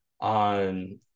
on